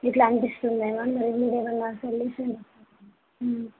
ఇట్లా అనిపిస్తుంది ఏమో మరి మీరు ఏమన్నా కండీషన్